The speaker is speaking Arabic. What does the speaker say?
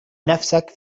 نفسك